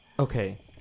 Okay